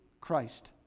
Christ